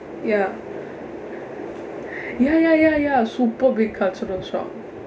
ya ya ya ya ya super big cultural shock